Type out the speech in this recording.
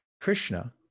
Krishna